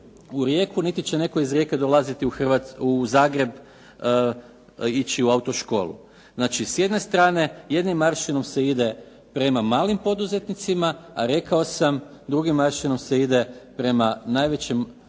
u Rijeku, niti će netko iz Rijeke dolaziti u Zagreb, ići u autoškolu. Znači s jedne strane, jednim aršinom se ide prema malim poduzetnicima, a rekao sam drugim aršinom se ide prema najvećem